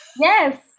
yes